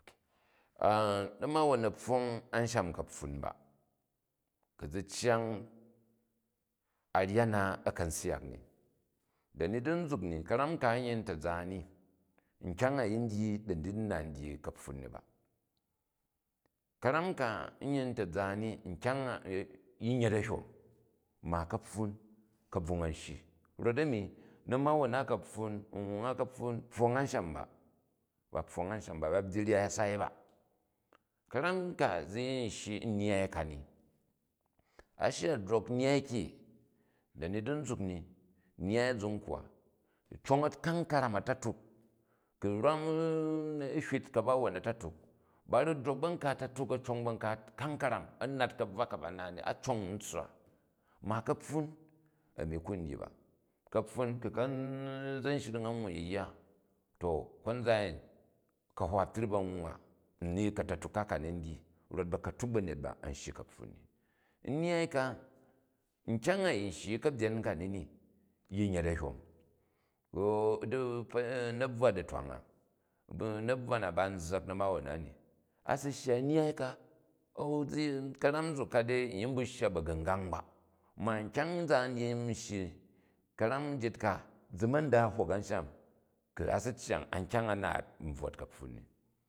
namawon a pfong anshan ka̱pfun ba. Ku̱ zi cya a rya na a̱ ka syak ni. Dani di nzuk ni ka̱ram ka nyin ta̱za ni nkyang a yi diji dai di na n dyi kaptun ni ba. Ka̱ram ka n yin taza i nkyang a yi yet a̱hyom ma kaptun ka̱bvung an shyi. Kot-a̱ni na̱nawon na̱ ka̱pfun, nhung a ka̱pfun pfong an sham ba, ba pfong ansham ba, ba byyi rya sai ba. Ka̱ram ka zi yi shyi nnyyai kani, a shya u̱ drok nyyai ki, dani di nzuk ni nyyai azunkwa, u cong a̱kong karam a̱ta̱tuk. Ku̱ rwan hwit ka̱bawon a̱ta̱tuk, ba ru̱ drok ba nka a̱ta̱tuk a̱ cong ba nka a̱ka̱ng ka̱ram, a nat ka̱bvwa ka ba n naai ni, a cong n tsswa. Ma ka̱pfun, a̱ni ku n dyi ba ka̱ofun ku ka̱za̱nchring awwu yya to konzan a̱ying, ka̱hwaprip a̱n nwwa ni ka̱ta̱tuk ka, ka ni n dyi, rot ba̱ka̱tuk ba̱nyet ba an shyi ka̱pfun ni. Nnyyai ka nkyang a yi syi n ka̱nyen kani ni yii yet a̱hywong bu na̱bvwa ditivang a, bu na̱bvwa na ba n zzak, na̱mawon na in. A si shya nnyyai ka a̱n ka̱rane nzuk ka dei n yin bu. Shya ba̱gu̱ngang. Ma nkyang zaan yi shyi ka̱ram njit ka zi ma da hok ansham ku̱ a si cyang an kyang a naat n bvwot kapfun in.